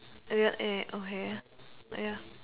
A a okay ya ya